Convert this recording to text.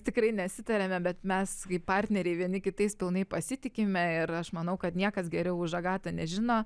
tikrai nesitariame bet mes kaip partneriai vieni kitais pilnai pasitikime ir aš manau kad niekas geriau už agatą nežino